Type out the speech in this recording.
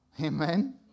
Amen